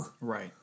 right